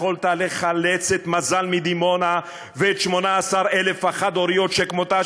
יכולת לחלץ את מזל מדימונה ואת 18,000 החד-הוריות שכמותה,